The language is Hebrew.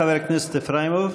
חבר הכנסת איפראימוב.